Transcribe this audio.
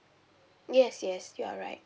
yes yes you are right